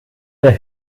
der